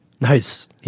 Nice